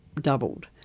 doubled